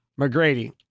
McGrady